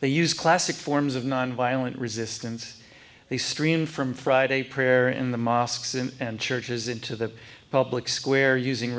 they used classic forms of nonviolent resistance they stream from friday prayer in the mosques and churches into the public square using